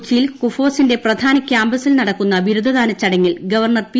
കൊച്ചിയിൽ കുഫോസിന്റെ പ്രധാന കാമ്പസ്സിൽ നടക്കുന്ന ബി രുദദാന ചടങ്ങിൽ ഗവർണർ പി